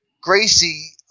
Gracie